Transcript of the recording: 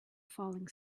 falling